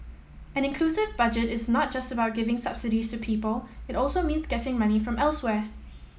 an inclusive Budget is not just about giving subsidies to people it also means getting money from elsewhere